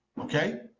okay